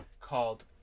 called